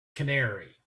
canary